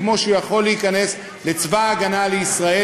כמו שהוא יכול להיכנס לצבא ההגנה לישראל,